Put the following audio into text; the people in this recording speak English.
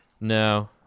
No